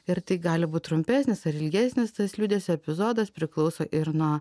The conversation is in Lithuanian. ir tai gali būt trumpesnis ar ilgesnis tas liūdesio epizodas priklauso ir nuo